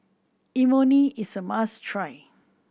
imoni is a must try